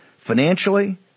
financially